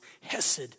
Hesed